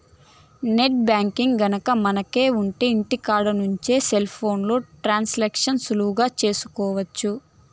net banking గనక మనకు ఉంటె ఇంటికాడ నుంచి సెల్ ఫోన్లో ట్రాన్సాక్షన్స్ సులువుగా చేసుకోవచ్చు